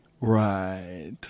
Right